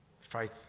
Faith